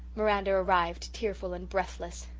miranda arrived, tearful and breathless.